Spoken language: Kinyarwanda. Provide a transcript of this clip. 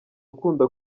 ukunda